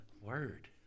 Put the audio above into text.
Word